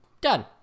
Done